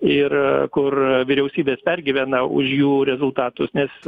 ir kur vyriausybės pergyvena už jų rezultatus nes